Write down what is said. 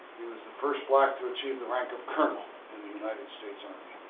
he was the first black to achieve the rank of colonel and the united states army.